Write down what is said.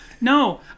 No